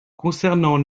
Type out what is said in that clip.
concernant